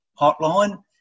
hotline